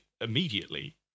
immediately